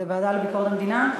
לוועדה לביקורת המדינה?